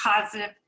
positive